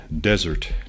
desert